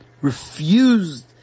refused